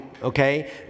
Okay